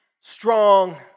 strong